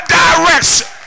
direction